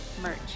merch